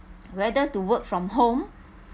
whether to work from home